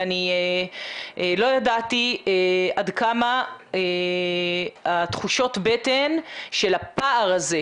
ואני לא ידעתי עד כמה תחושות הבטן של הפער הזה,